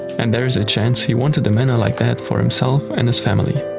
and there is a chance he wanted a manor like that for himself and his family.